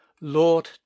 lord